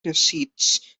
receipts